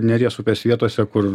neries upės vietose kur